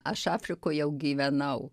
aš afrikoj jau gyvenau